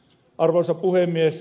arvoisa puhemies